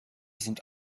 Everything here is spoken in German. sind